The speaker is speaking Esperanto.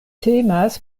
temas